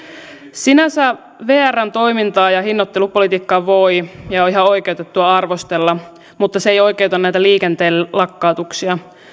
sinänsä vrn toimintaa ja hinnoittelupolitiikkaa voi ja on ihan oikeutettua arvostella mutta se ei oikeuta näitä liikenteen lakkautuksia